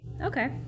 Okay